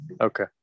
Okay